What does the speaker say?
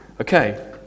Okay